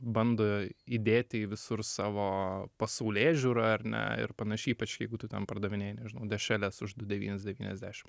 bando įdėti į visur savo pasaulėžiūrą ar ne ir panašiai ypač jeigu tu ten pardavinėji nežinau dešreles už du devynis devyniasdešim